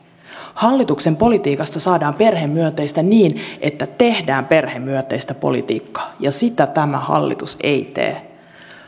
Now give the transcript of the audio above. hallituksen politiikasta saadaan perhemyönteistä niin että tehdään perhemyönteistä politiikkaa ja sitä tämä hallitus ei tee